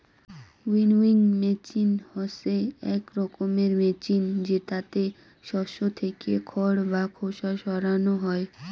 winnowing machine হসে আক রকমের মেচিন জেতাতে শস্য থেকে খড় বা খোসা সরানো হই